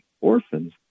orphans